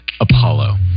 Apollo